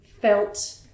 felt